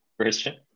Christian